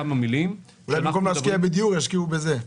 אולי במקום להשקיע בדיור ישקיעו בזה.